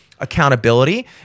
accountability